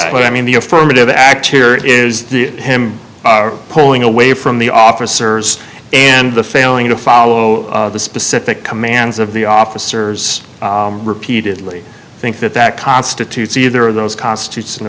but i mean the affirmative act here is the him pulling away from the officers and the failing to follow the specific commands of the officers repeatedly think that that constitutes either of those constitutes an